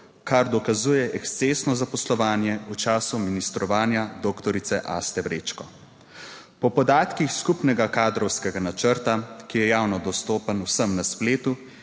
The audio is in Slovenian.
kar dokazuje ekscesno zaposlovanje v času ministrovanja doktorice Aste Vrečko. Po podatkih skupnega kadrovskega načrta, ki je javno dostopen vsem na spletu